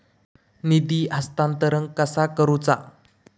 निधी हस्तांतरण कसा करुचा?